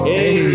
Hey